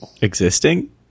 Existing